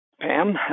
Pam